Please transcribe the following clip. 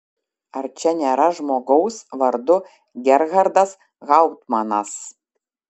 ar čia nėra žmogaus vardu gerhardas hauptmanas